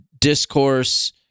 discourse